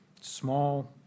small